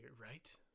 right